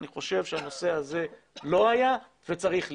אני חושב שהנושא הזה לא היה, וצריך להיות.